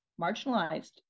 marginalized